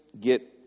get